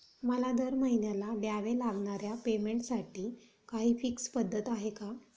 मला दरमहिन्याला द्यावे लागणाऱ्या पेमेंटसाठी काही फिक्स पद्धत आहे का?